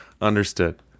understood